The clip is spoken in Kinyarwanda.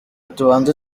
tubanze